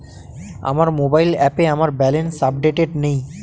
আমার মোবাইল অ্যাপে আমার ব্যালেন্স আপডেটেড নেই